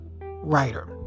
writer